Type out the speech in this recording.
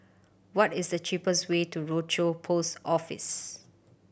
what is the cheapest way to Rochor Post Office